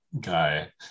guy